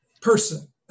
person